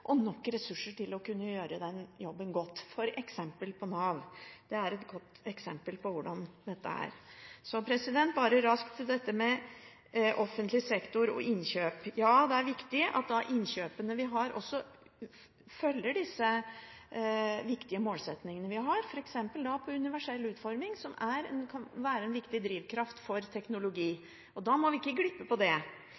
og nok ressurser til å kunne gjøre den jobben godt. Nav er godt eksempel på hvordan dette er. Så raskt til dette med offentlig sektor og innkjøp: Ja, det er viktig at innkjøpene vi gjør, også følger de viktige målsettingene vi har, f.eks. om universell utforming som kan være en viktig drivkraft for teknologi.